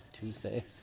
Tuesday